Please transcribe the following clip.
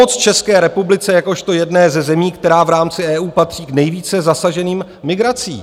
Pomoc České republice jakožto jedné ze zemí, která v rámci EU patří k nejvíce zasaženým migrací.